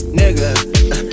nigga